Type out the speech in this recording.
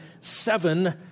seven